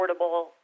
affordable